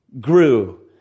grew